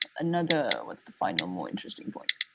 another, what's the final, more interesting point.